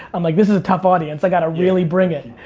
i'm like, this is a tough audience, i gotta really bring it.